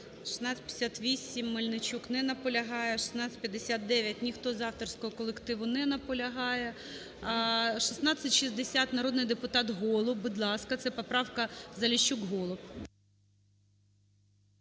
1658. Мельничук не наполягає. 1659. Ніхто з авторського колективу не наполягає. 1660. Народний депутат Голуб, будь ласка. Це поправка Заліщук, Голуб.